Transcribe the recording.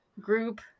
group